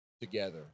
together